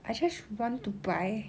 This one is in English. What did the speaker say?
I just want to buy